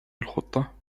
الخطة